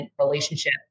relationship